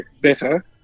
better